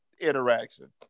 interaction